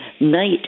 night